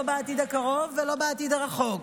לא בעתיד הקרוב ולא בעתיד הרחוק.